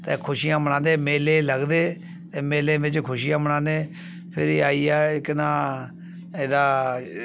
ते खुशियां मनांदे मेले लगदे ते मेले बिच्च खुशियां मनान्ने फिरी आई गेआ केह् नांऽ एह्दा